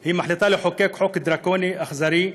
היא מחליטה לחוקק חוק דרקוני, אכזרי,